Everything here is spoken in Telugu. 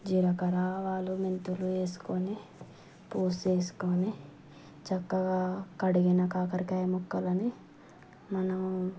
జీలకర్ర ఆవాలు మెంతులు వేసుకోని పోసుకోని చక్కగా కడిగినా కాకరకాయ ముక్కలని మనం